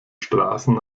straßen